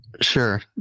sure